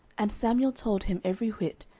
and samuel told him every whit,